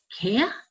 Care